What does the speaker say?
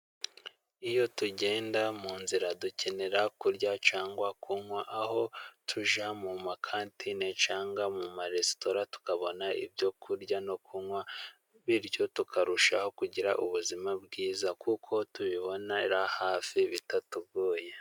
Iyo tugenda mu nzira dukenera kurya cyangwa kunywa, aho tujya mu makantine cyangwa mu maresitora tukabona ibyo kurya no kunywa, bityo tukarushaho kugira ubuzima bwiza kuko tubibonera hafi bitatugoye.